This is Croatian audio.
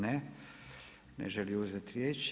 Ne, ne želi uzeti riječ.